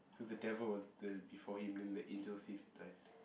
cause the devil was the before him then the angel saved his life